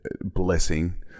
blessing